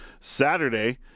Saturday